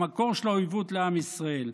במקור של האויבות לעם ישראל.